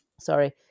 sorry